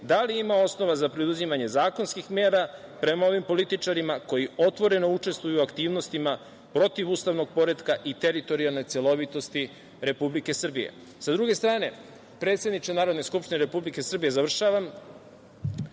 li ima osnova za preduzimanje zakonskih mera prema ovim političarima koji otvoreno učestvuju u aktivnostima protiv ustavnog poretka i teritorijalne celovitosti Republike Srbije?S druge strane, predsedniče Narodne skupštine Republike Srbije, završavam,